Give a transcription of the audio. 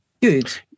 Good